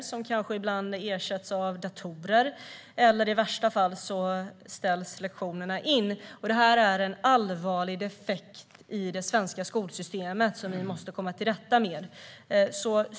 Läraren kanske ersätts av datorer, eller så ställs lektionerna i värsta fall in. Detta är en allvarlig defekt i svenska skolsystemet som vi måste komma till rätta med.